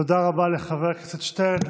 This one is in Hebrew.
תודה רבה לחבר הכנסת שטרן.